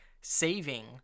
saving